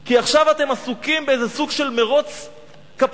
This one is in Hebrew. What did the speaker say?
כי עכשיו אתם עסוקים באיזה סוג של מירוץ קפיטליסטי,